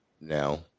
now